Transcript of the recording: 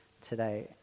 today